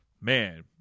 man